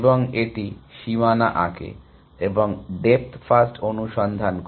এবং এটি সীমানা আঁকে এবং ডেপ্থ ফার্স্ট অনুসন্ধান করে